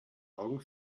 augen